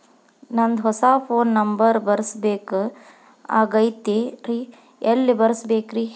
ನಂದ ಹೊಸಾ phone number ಬರಸಬೇಕ್ ಆಗೈತ್ರಿ ಎಲ್ಲೆ ಬರಸ್ಬೇಕ್ರಿ?